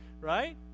right